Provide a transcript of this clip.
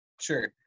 Sure